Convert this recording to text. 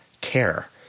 care